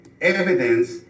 evidence